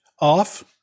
off